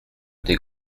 des